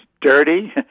dirty